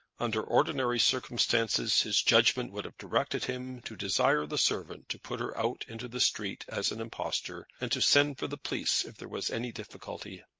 under ordinary circumstances his judgment would have directed him to desire the servant to put her out into the street as an impostor, and to send for the police if there was any difficulty.